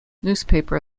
newspaper